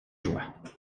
joie